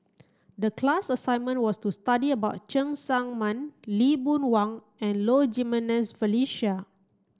the class assignment was to study about Cheng Tsang Man Lee Boon Wang and Low Jimenez Felicia